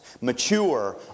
Mature